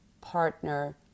partner